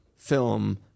film